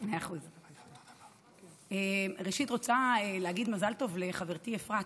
אני רוצה להגיד מזל טוב לחברתי אפרת,